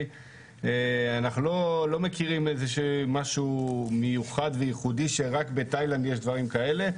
אנחנו לא מכירים איזשהו משהו מיוחד וייחודי שרק בתאילנד יש דברים כאלה,